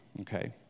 okay